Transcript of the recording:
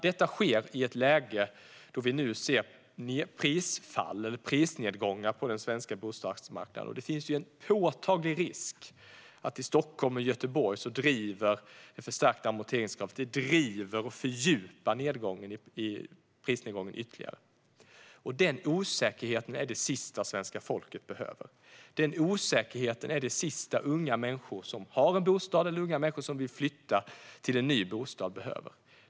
Detta sker i ett läge där vi ser prisnedgångar på den svenska bostadsmarknaden. I Stockholm och Göteborg finns en påtaglig risk för att det förstärkta amorteringskravet driver och fördjupar prisnedgången ytterligare. Den osäkerheten är det sista det svenska folket behöver. Den osäkerheten är det sista unga människor som har en bostad eller unga människor som vill flytta till en ny bostad behöver.